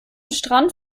strand